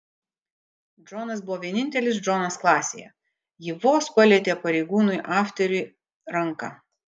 džonas buvo vienintelis džonas klasėje ji vos palietė pareigūnui afteriui ranką